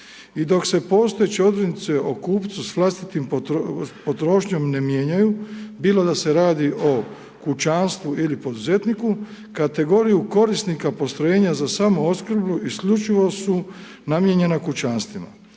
I dok se postojeće odrednice o kupcu s vlastitom potrošnjom ne mijenjaju bilo da se radi o kućanstvu ili poduzetniku kategoriju korisnika postrojenja za samoopskrbu isključivo su namijenjena kućanstvima.